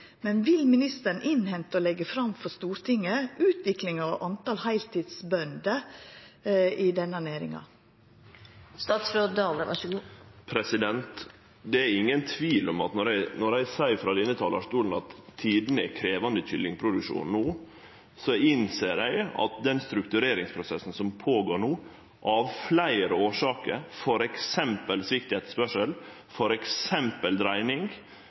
Vil ministeren innhenta noko om utviklinga når det gjeld talet på heiltidsbønder i denne næringa, og leggja det fram for Stortinget? Det er ingen tvil om at når eg seier frå denne talarstolen at tidene i kyllingproduksjonen no er krevjande, innser eg at den struktureringsprosessen som no går føre seg, av fleire årsaker